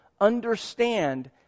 understand